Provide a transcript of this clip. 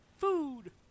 Food